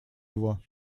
его